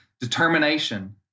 determination